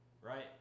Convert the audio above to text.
Right